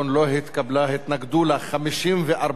התנגדו לה 54 חברי כנסת,